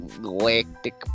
Galactic